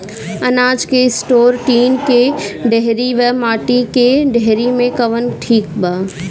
अनाज के store tin के डेहरी व माटी के डेहरी मे कवन ठीक बा?